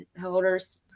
holders